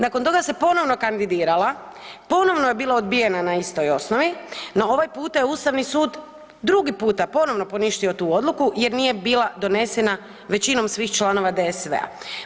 Nakon toga se ponovno kandidirala, ponovo je bila odbijena na istoj osnovi, no ovaj je puta Ustavni sud drugi puta ponovno poništio tu odluku jer nije bila donesena većinom svih članova DSV-a.